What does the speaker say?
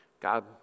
God